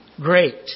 Great